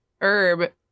herb